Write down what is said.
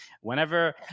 Whenever